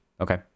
Okay